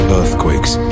earthquakes